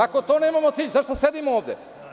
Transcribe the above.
Ako nemamo cilj, zašto sedimo ovde?